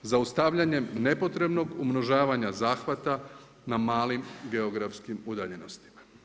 Zaustavljanjem nepotrebnog umnožavanja zahvata na malim geografskim udaljenostima.